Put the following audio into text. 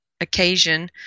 occasion